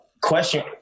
question